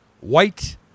white